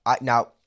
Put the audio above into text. Now